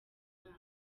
inama